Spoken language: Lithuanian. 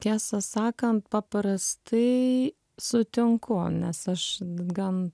tiesą sakant paprastai sutinku nes aš gan